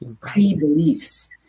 pre-beliefs